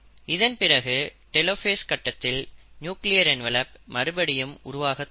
இதன்பிறகு டெலோஃபேஸ் கட்டத்தில் nuclear envelope மறுபடியும் உருவாகத் தொடங்கும்